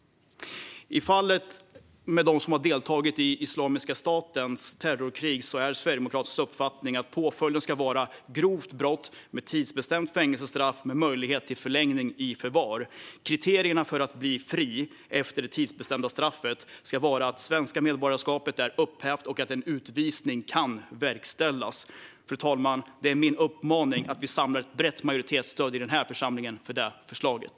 I fallet med dem som har deltagit i Islamiska statens terrorkrig är Sverigedemokraternas uppfattning att påföljden ska motsvara grovt brott med tidsbestämt fängelsestraff med möjlighet till förlängning i förvar. Kriterierna för att bli fri efter det tidsbestämda straffet ska vara att det svenska medborgarskapet är upphävt och att en utvisning kan verkställas. Fru talman! Det är min uppmaning att vi samlar ett brett majoritetsstöd i den här församlingen för det förslaget.